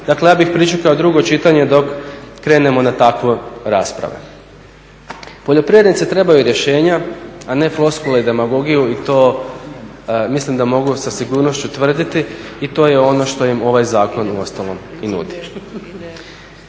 Dakle, ja bih pričekao drugo čitanje dok krenemo na takve rasprave. Poljoprivrednici trebaju rješenja, a ne floskule i demagogiju i to mislim da mogu sa sigurnošću tvrditi i to je ono što im ovaj zakon uostalom i nudi.